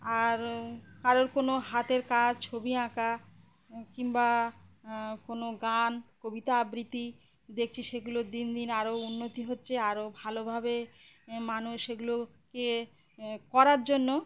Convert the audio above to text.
আর কারোর কোনো হাতের কাজ ছবি আঁকা কিংবা কোনো গান কবিতা আবৃত্তি দেখছি সেগুলোর দিন দিন আরও উন্নতি হচ্ছে আরও ভালোভাবে মানুষ সেগুলোকে করার জন্য